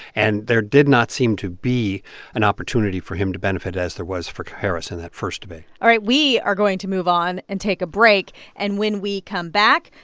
and there did not seem to be an opportunity for him to benefit as there was for harris in that first debate all right. we are going to move on and take a break. and when we come back,